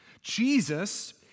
Jesus